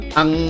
ang